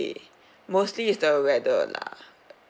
mostly is the weather lah